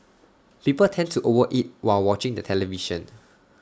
people tend to over eat while watching the television